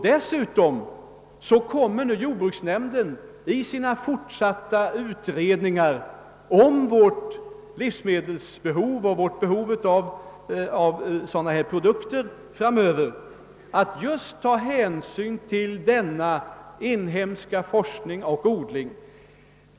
Dessutom kommer jordbruksnämnden i sina fortsatta utredningar om vårt framtida livsmedelsbehov och vårt behov av produkter av det aktuella slaget att just ta hänsyn till denna inhemska forskning och odling.